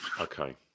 Okay